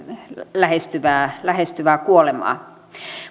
lähestyvää lähestyvää kuolemaa